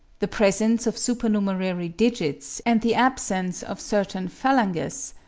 the presence of supernumerary digits, and the absence of certain phalanges,